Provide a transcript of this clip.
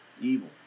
evil